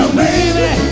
baby